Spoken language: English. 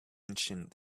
ancient